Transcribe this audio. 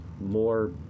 more